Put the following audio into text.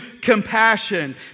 compassion